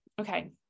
Okay